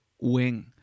wing